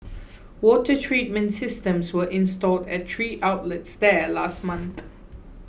water treatment systems were installed at three outlets there last month